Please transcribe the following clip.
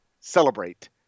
celebrate